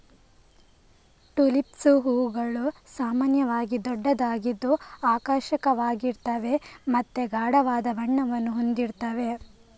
tulips ಹೂವುಗಳು ಸಾಮಾನ್ಯವಾಗಿ ದೊಡ್ಡದಾಗಿದ್ದು ಆಕರ್ಷಕವಾಗಿರ್ತವೆ ಮತ್ತೆ ಗಾಢವಾದ ಬಣ್ಣವನ್ನ ಹೊಂದಿರ್ತವೆ